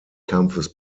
kampfes